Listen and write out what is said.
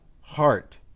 Heart